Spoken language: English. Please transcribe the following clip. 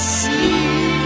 see